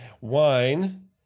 wine